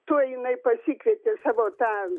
tuoj jinai pasikvietė savo tą